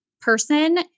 person